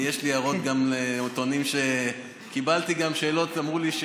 אני, יש הערות, קיבלתי גם שאלות, אמרו לי: